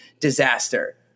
disaster